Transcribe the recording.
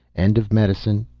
end of medicine,